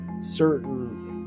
certain